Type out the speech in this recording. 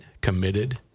committed